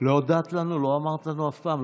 לא הודעת לנו, לא אמרת לנו אף פעם.